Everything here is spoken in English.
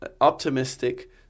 optimistic